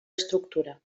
estructura